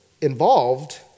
involved